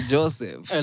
Joseph